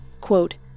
Quote